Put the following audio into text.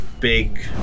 Big